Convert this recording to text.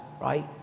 right